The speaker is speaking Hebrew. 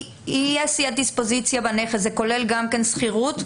אי-עשיית דיספוזיציה בנכס זה כולל גם שכירות?